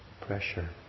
pressure